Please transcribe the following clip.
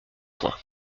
point